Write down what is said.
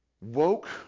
woke